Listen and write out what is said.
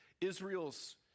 Israel's